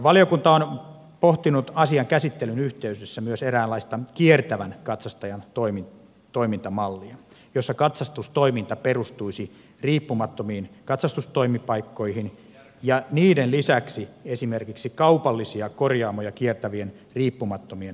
valiokunta on pohtinut asian käsittelyn yhteydessä myös eräänlaista kiertävän katsastajan toimintamallia jossa katsastustoiminta perustuisi riippumattomiin katsastustoimipaikkoihin ja niiden lisäksi esimerkiksi kaupallisia korjaamoja kiertävien riippumattomien katsastusmiesten käyttöön